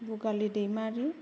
बुगालि दैमारि